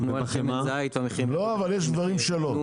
נתנו על שמן זית והמחירים ירדו בחצי מחיר --- יש דברים שלא.